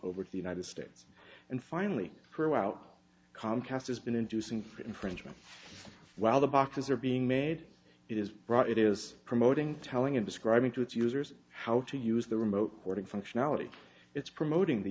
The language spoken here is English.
over to the united states and finally threw out comcast has been inducing for infringement while the boxes are being made it is brought it is promoting telling and describing to its users how to use the remote porting functionality it's promoting the